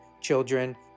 children